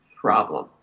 problem